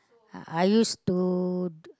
uh I used to